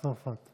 צרפת.